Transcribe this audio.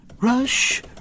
Rush